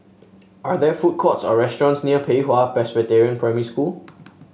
are there food courts or restaurants near Pei Hwa Presbyterian Primary School